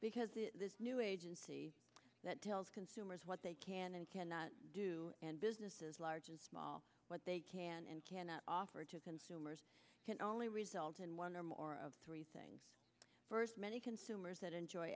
because the new agency that tells consumers what they can and cannot do and businesses large and small what they can and cannot offer to consumers can only result in one or more of three things first many consumers that enjoy